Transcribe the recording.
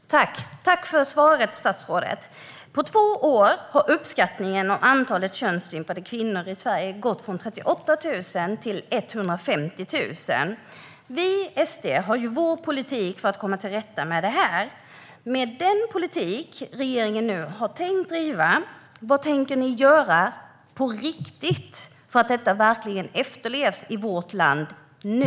Herr talman! Tack, för svaret, statsrådet! På två år har antalet könsstympade kvinnor i Sverige gått från uppskattningsvis 38 000 till 150 000. Vi i Sverigedemokraterna har vår politik för att komma till rätta med det här. Vad tänker regeringen göra, på riktigt, för att detta verkligen efterlevs i vårt land nu?